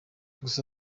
gusa